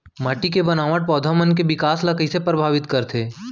माटी के बनावट पौधा मन के बिकास ला कईसे परभावित करथे